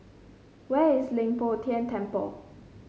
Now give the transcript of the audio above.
where is Leng Poh Tian Temple